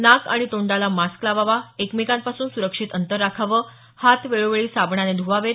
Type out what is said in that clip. नाक आणि तोंडाला मास्क लावावा एकमेकांपासून सुरक्षित अंतर राखावं हात वेळोवेळी साबणाने ध्वावेत